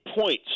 points